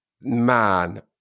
man